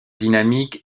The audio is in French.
dynamique